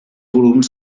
volums